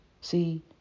See